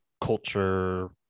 culture